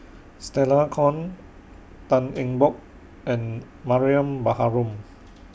Stella Kon Tan Eng Bock and Mariam Baharom